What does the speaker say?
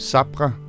Sabra